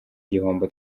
gihombo